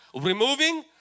removing